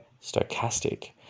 stochastic